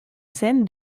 scène